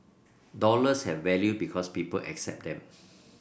dollars have value because people accept them